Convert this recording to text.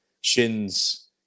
Shin's